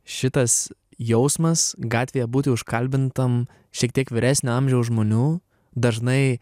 šitas jausmas gatvėje būti užkalbintam šiek tiek vyresnio amžiaus žmonių dažnai